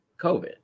COVID